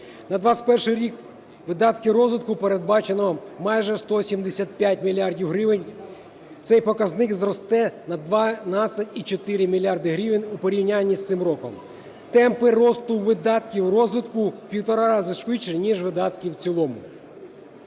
На 21-й рік видатки розвитку передбачено майже 175 мільярдів гривень. Цей показник зросте на 12,4 мільярда гривень у порівнянні з цим роком. Темпи росту видатків розвитку в півтора рази швидше ніж видатки в цілому.